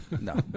No